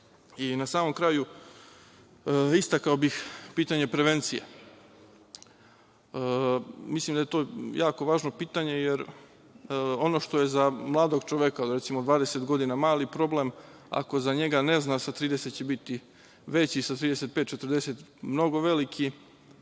nas. Na samom kraju, istakao bih pitanje prevencije. Mislim da je to jako važno pitanje, jer ono što je za mladog čoveka, recimo, od 20 godina mali problem ako za njega ne zna, sa 30 će biti veći, sa 35 i 40, mnogo veliki